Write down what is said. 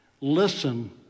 Listen